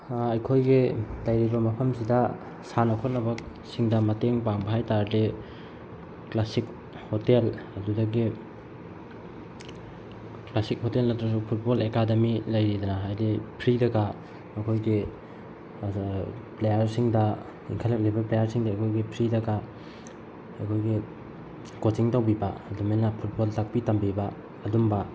ꯑꯩꯈꯣꯏꯒꯤ ꯂꯩꯔꯤꯕ ꯃꯐꯝꯁꯤꯗ ꯁꯥꯟꯅ ꯈꯣꯠꯅꯕꯁꯤꯡꯗ ꯃꯇꯦꯡ ꯄꯥꯡꯕ ꯍꯥꯏ ꯇꯥꯔꯗꯤ ꯀ꯭ꯂꯥꯁꯤꯛ ꯍꯣꯇꯦꯜ ꯑꯗꯨꯗꯒꯤ ꯀ꯭ꯂꯥꯁꯤꯛ ꯍꯣꯇꯦꯜ ꯅꯠꯇ꯭ꯔꯁꯨ ꯐꯨꯠꯕꯣꯜ ꯑꯦꯀꯥꯗꯃꯤ ꯂꯩꯔꯤꯗꯅ ꯍꯥꯏꯗꯤ ꯐ꯭ꯔꯤꯗꯒ ꯑꯩꯈꯣꯏꯒꯤ ꯄ꯭ꯂꯦꯌꯥꯔꯁꯤꯡꯗ ꯏꯪꯈꯠꯂꯛꯂꯤꯕ ꯄ꯭ꯂꯦꯌꯥꯔꯁꯤꯡꯗ ꯑꯩꯈꯣꯏꯒꯤ ꯐ꯭ꯔꯤꯗꯒ ꯑꯩꯈꯣꯏꯒꯤ ꯀꯣꯆꯤꯡ ꯇꯧꯕꯤꯕ ꯑꯗꯨꯃꯥꯏꯅ ꯐꯨꯠꯕꯣꯜ ꯇꯥꯛꯄꯤ ꯇꯝꯕꯤꯕ ꯑꯗꯨꯝꯕ